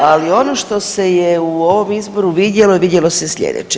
Ali ono što se je u ovom izboru vidjelo i vidjelo se slijedeće.